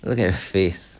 don't have faith